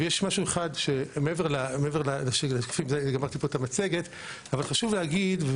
יש משהו אחד שמעבר למצגת שחשוב לי להגיד,